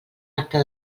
acte